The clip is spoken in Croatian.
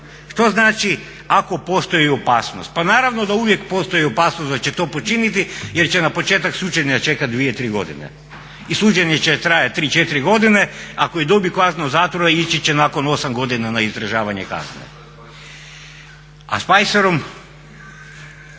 što znači ako postoji opasnost. Pa naravno da uvijek postoji opasnost da će to počiniti jer će na početak suđenja čekat 2-3 godine i suđenje će trajat 3-4 godine, ako i dobije kaznu zatvora ići će nakon 8 godina na izdržavanje kazne. A s pajserom,